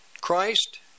Christ